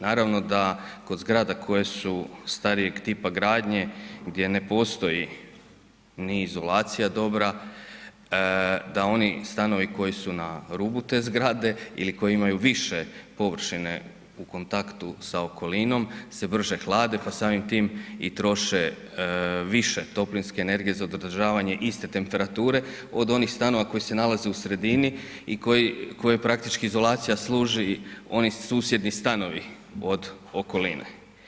Naravno da kod zgrada koje su starijeg tipa gradnje, gdje ne postoji ni izolacija dobra, da oni stanovi koji su na rubu te zgrade ili koji imaju više površine u kontaktu sa okolinom se brže hlade, pa samim tim i troše više toplinske energije za održavanje iste temperature od onih stanova koji se nalaze u srediti i koji, koje praktički izolacija služi oni susjedni stanovi od okoline.